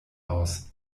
aus